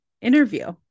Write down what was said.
interview